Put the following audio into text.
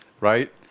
right